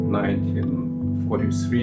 1943